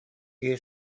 киһи